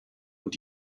und